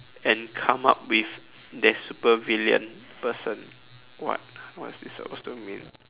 and come up with their super villain person what what is this supposed to mean